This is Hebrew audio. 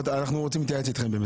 אנחנו רוצים להתייעץ איתכם.